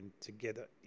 together